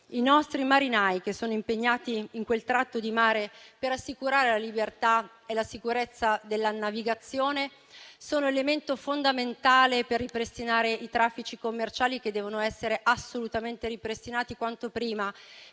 I nostri marinai, che sono impegnati in quel tratto di mare per assicurare la libertà e la sicurezza della navigazione, sono elemento fondamentale per ripristinare i traffici commerciali, che devono essere assolutamente riattivati quanto prima